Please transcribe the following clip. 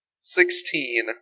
Sixteen